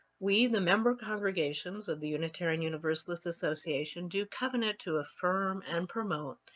we, the member congregations of the unitarian universalist association, do covenant to affirm and promote,